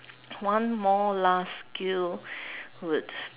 one more last skill would